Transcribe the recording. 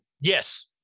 yes